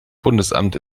bundesamt